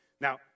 Now